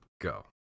go